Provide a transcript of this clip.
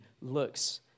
looks